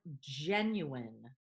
genuine